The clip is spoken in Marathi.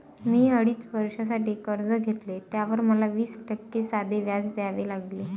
मी अडीच वर्षांसाठी कर्ज घेतले, त्यावर मला वीस टक्के साधे व्याज द्यावे लागले